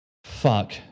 Fuck